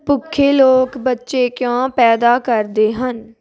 ਭੁੱਖੇ ਲੋਕ ਬੱਚੇ ਕਿਉਂ ਪੈਦਾ ਕਰਦੇ ਹਨ